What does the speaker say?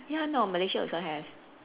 ya no Malaysia also has